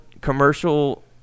commercial